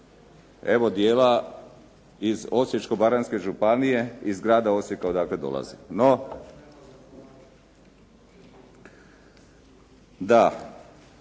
iz dijela Osječko-baranjske županije, iz grada Osijeka odakle dolazi. Pa